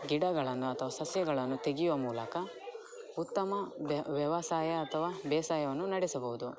ಗಿಡಗಳನ್ನು ಅಥವಾ ಸಸ್ಯಗಳನ್ನು ತೆಗೆಯುವ ಮೂಲಕ ಉತ್ತಮ ವ್ಯವಸಾಯ ಅಥವಾ ಬೇಸಾಯವನ್ನು ನಡೆಸಬೌದು